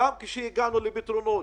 אני לא מדבר רק על תזרים מזומנים היום,